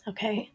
Okay